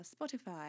Spotify